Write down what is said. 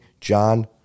John